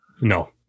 No